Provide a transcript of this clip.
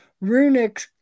runic